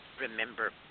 remember